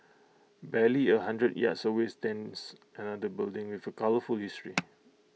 barely A hundred yards away stands another building with A colourful history